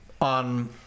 on